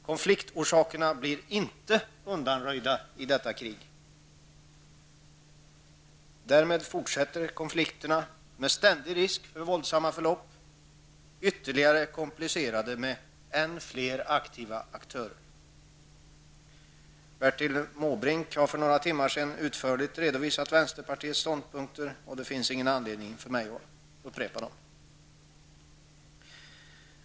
Konfliktorsakerna blir inte undanröjda i detta krig. Därmed fortsätter konflikterna. Risken finns ständigt att det blir våldsamma förlopp, som ytterligare kompliceras genom att det blir ännu fler aktiva aktörer. Bertil Måbrink redovisade för några timmar sedan utförligt vänsterpartiets ståndpunkter, och det finns ingen anledning för mig att upprepa dem.